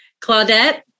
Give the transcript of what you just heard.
Claudette